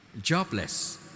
jobless